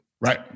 Right